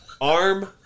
arm